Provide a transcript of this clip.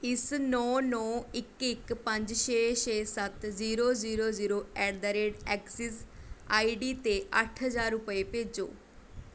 ਇਸ ਨੌ ਨੌ ਇੱਕ ਇੱਕ ਪੰਜ ਛੇ ਛੇ ਸੱਤ zero zero zero at the rate axis I D 'ਤੇ ਅੱਠ ਹਜ਼ਾਰ ਰੁਪਏ ਭੇਜੋ